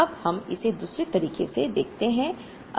अब हम इसे दूसरे तरीके से देखते हैं